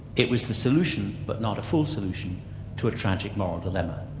it was the solution, but not a full solution to a tragic moral dilemma.